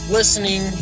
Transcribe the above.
listening